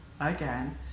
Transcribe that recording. Again